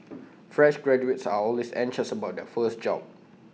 fresh graduates are always anxious about their first job